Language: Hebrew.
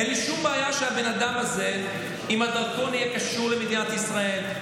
אין לי שום בעיה שהבן אדם הזה עם הדרכון יהיה קשור למדינת ישראל,